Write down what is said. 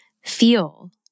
feel